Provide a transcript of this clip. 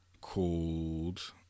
called